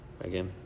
again